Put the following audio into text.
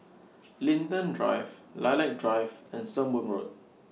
Linden Drive Lilac Drive and Sembong Road